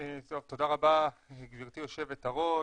תודה רבה גבירתי יו"ר,